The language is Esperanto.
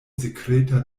sekreta